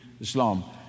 Islam